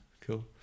Cool